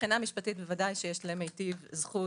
ודאי שיש למיטיב זכות,